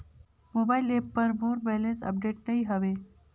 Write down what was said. mobile app पर मोर balance update नई हवे